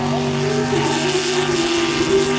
save that dear broken old man!